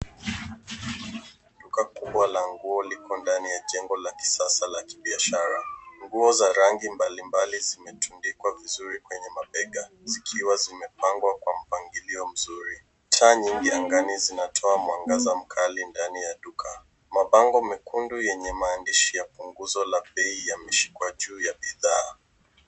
Duka kubwa la nguo liko ndani ya jengo la kisasa la kibiashara. Nguo za rangi mbalimbali zimetundikwa vizuri kwenye mabega, zikiwa zimepangwa kwa mpangilio mzuri. Taa nyingi angani zinatoa mwangaza mkali ndani ya duka. Mabango mekundu yenye maandishi ya punguzo la bei yameshikwa juu ya bidhaa.